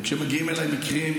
וכשמגיעים אליי מקרים,